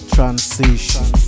Transition